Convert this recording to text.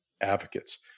advocates